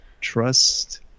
trust